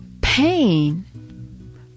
Pain